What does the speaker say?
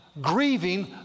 grieving